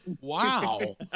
Wow